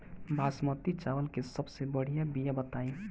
बासमती चावल के सबसे बढ़िया बिया बताई?